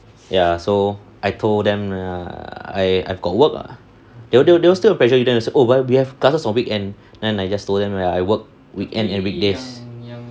ya so I told them err I I've got work lah they will they will still will pressure you then oh but we have classes on weekend and I just told them ya I work weekends and weekdays